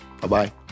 Bye-bye